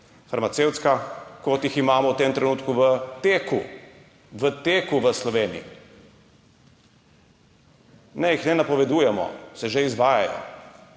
farmacevtska, kot jih imamo v tem trenutku v teku v Sloveniji. Ne, ne napovedujemo jih, se že izvajajo.